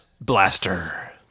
Blaster